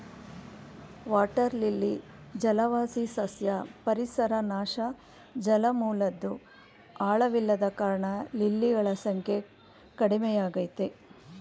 water lily ಜಲವಾಸಿ ಸಸ್ಯ ಪರಿಸರ ನಾಶ ಜಲಮೂಲದ್ ಆಳವಿಲ್ಲದ ಕಾರಣ ಲಿಲಿಗಳ ಸಂಖ್ಯೆ ಕಡಿಮೆಯಾಗಯ್ತೆ